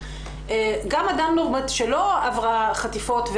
גם אדם שלא עבר חטיפות,